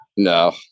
No